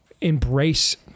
embrace